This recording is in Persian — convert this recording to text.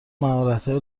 مهارتهای